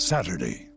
Saturday